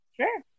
Sure